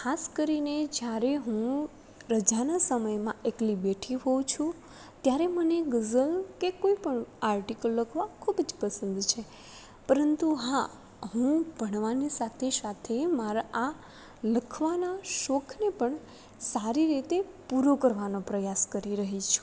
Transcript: ખાસ કરીને જ્યારે હું રજાના સમયમાં એકલી બેઠી હોઉં છું ત્યારે મને ગઝલ કે કોઈ પણ આર્ટિકલ લખવા ખૂબ જ પસંદ છે પરંતુ હા હું ભણવાની સાથે સાથે મારા આ લખવાના શોખને પણ સારી રીતે પૂરો કરવાનો પ્રયાસ કરી રહી છું